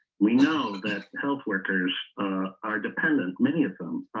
we know that health workers are dependent, many of them,